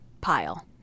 pile